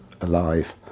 alive